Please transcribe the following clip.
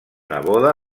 neboda